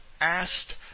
asked